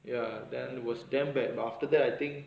ya then it was damn bad but after that I think